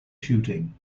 shooting